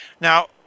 Now